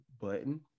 Button